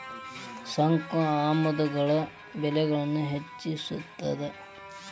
ಸುಂಕ ಆಮದುಗಳ ಬೆಲೆಗಳನ್ನ ಹೆಚ್ಚಿಸ್ತದ